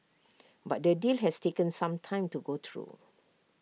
but the deal has taken some time to go through